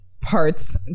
parts